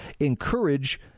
encourage